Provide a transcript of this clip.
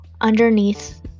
underneath